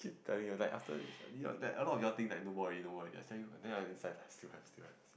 telling you after this or that a lot of you all think like no more already no more already inside I tell you like still have still have